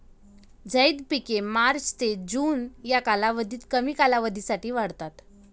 झैद पिके मार्च ते जून या कालावधीत कमी कालावधीसाठी वाढतात